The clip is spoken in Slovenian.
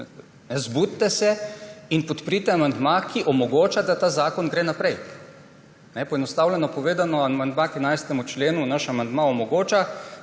zbudite se in podprite amandma, ki omogoča, da ta zakon gre naprej. Poenostavljeno povedano, amandma k 11. členu, naš amandma omogoča,